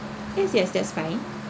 yes yes that's fine